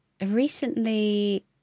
recently